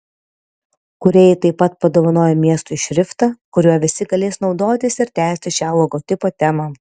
kūrėjai taip pat padovanojo miestui šriftą kuriuo visi galės naudotis ir tęsti šią logotipo temą